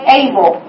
able